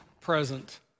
present